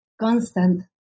constant